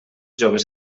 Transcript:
joves